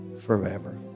forever